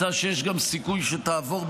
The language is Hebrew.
הצעה שיש גם סיכוי שתעבור,